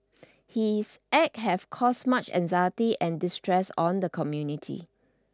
his act have caused much anxiety and distress on the community